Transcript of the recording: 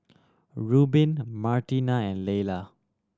Rubin Martina and Laylah